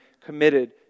committed